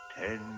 Ten